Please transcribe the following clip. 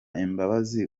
imbabazi